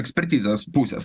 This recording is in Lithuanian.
ekspertizės pusės